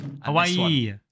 Hawaii